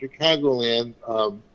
Chicagoland